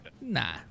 Nah